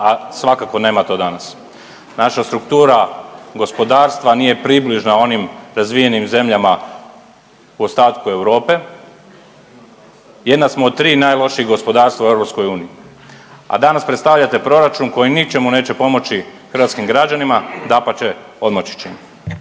a svakako nema to danas. Naša struktura gospodarstva nije približna onim razvijenim zemljama u ostatku Europe, jedna smo od tri najlošijih gospodarstava u EU, a danas predstavljate proračun koji u ničemu neće pomoći hrvatskim građanima, dapače odmoći će.